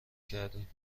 کردیم